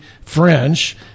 French